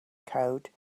code